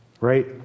right